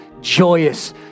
joyous